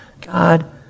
God